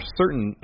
certain